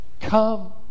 Come